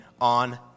on